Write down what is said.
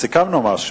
סיכמנו משהו.